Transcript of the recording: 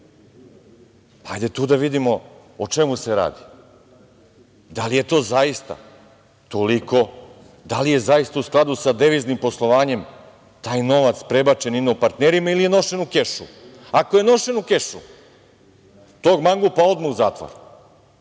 Hajde tu da vidimo o čemu se radi. Da li je to zaista toliko? Da li je zaista u skladu sa deviznim poslovanjem taj novac prebačen inopartnerima ili je nošen u kešu? Ako je nošen u kešu, tog mangupa odmah u zatvor,